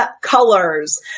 colors